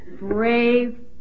brave